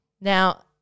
Now